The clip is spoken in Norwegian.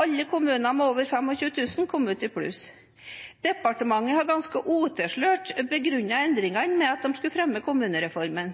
Alle kommuner med over 25 000 innbyggere kom ut i pluss. Departementet har ganske utilslørt begrunnet endringene med at de skulle fremme kommunereformen.